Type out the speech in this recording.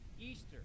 Easter